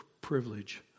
privilege